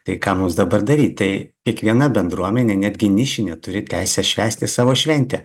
tai ką mums dabar daryt tai kiekviena bendruomenė netgi nišinė turi teisę švęsti savo šventę